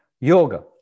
Yoga